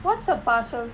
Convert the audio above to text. what's a partial sc~